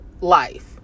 life